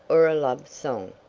or a love song.